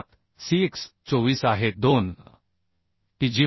7 C X 24 आहे 2 T